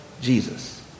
Jesus